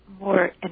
more